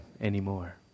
anymore